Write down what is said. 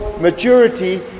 maturity